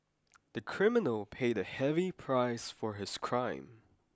the criminal paid a heavy price for his crime